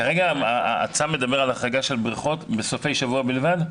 כרגע הצו מדבר על החרגה של בריכות בסופי שבוע בלבד?